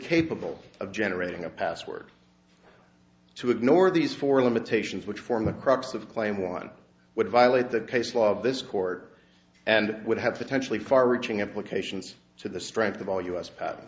incapable of generating a password to ignore these four limitations which form the crux of claim one would violate the case law of this court and would have potentially far reaching implications to the strength of all u s pat